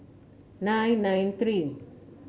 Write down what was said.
nine nine three